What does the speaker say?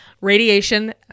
Radiation